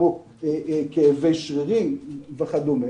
כמו כאבי שרירים וכדומה.